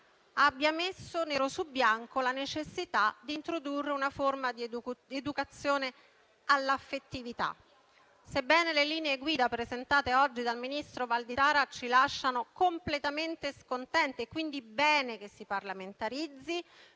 abbia messo nero su bianco la necessità di introdurre una forma di educazione all'affettività, sebbene le linee guida presentate oggi dal ministro Valditara ci lasciano completamente scontenti. È quindi bene che si parlamentarizzi